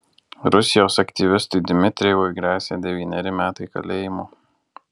rusijos aktyvistui dmitrijevui gresia devyneri metai kalėjimo